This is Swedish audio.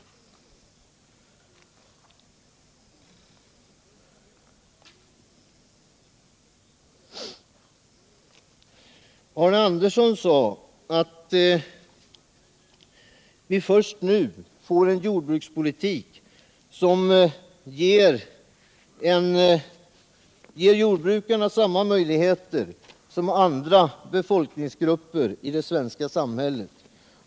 Arne Andersson i Ljung sade att vi först nu får en jordbrukspolitik, som ger jordbrukarna samma möjligheter som andra befolkningsgrupper i det svenska samhället.